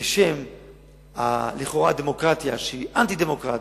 בשם הדמוקרטיה לכאורה, שהיא אנטי-דמוקרטית,